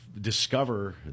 Discover